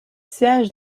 siègent